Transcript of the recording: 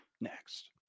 next